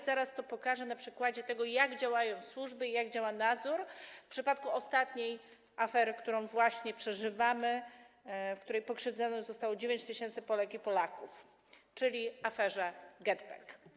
Zaraz to pokażę na przykładzie tego, jak działają służby i jak działa nadzór w przypadku ostatniej afery, którą właśnie przeżywamy, w której pokrzywdzonych zostało 9 tys. Polek i Polaków, czyli aferze GetBack.